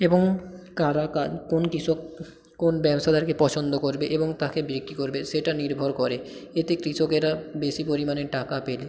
এবং কারা কা কোন কৃষক কোন ব্যবসাদারকে পছন্দ করবে এবং তাকে বিক্রি করবে সেটা নির্ভর করে এতে কৃষকেরা বেশি পরিমাণে টাকা পেলে